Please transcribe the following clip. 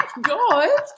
God